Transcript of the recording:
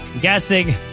Guessing